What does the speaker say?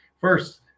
First